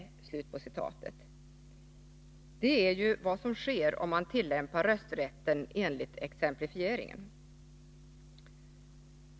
Det är ju vad som sker, om man tillämpar rösträtten enligt exemplifieringen.